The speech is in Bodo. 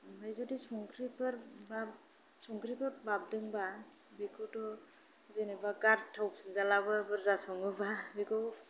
ओमफ्राय जुदि संख्रिफोर बा संख्रिफोर बाबदोंबा बेखौथ' जेनेबा गारथावफिन जालाबो बुरजा सङोबा बेखौ